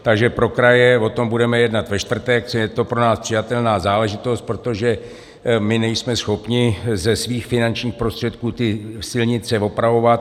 Takže pro kraje o tom budeme jednat ve čtvrtek, je to pro nás přijatelná záležitost, protože my nejsme schopni ze svých finančních prostředků ty silnice opravovat.